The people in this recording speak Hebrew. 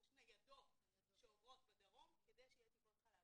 יש ניידות שעוברות בדרום כדי שיהיו טיפות חלב.